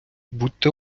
будьте